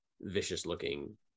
vicious-looking